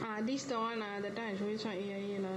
ah this don ah that time I told you this one A_I_A lah